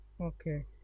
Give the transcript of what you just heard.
Okay